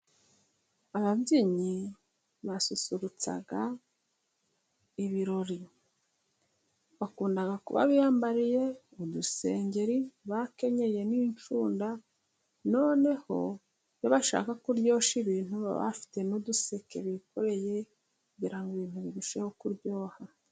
Ababyinnyi basusurutsa ibirori, bakunda kuba biyambariye udusengeri bakenyeye n'incunda, noneho iyo bashaka koryoshya ibintu baba bafite n'uduseke bikoreye kugirango ngo ibintu birusheho kuryoha.